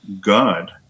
God